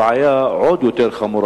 הבעיה עוד יותר חמורה.